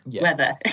weather